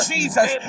Jesus